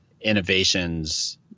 Innovations